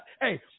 Hey